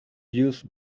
used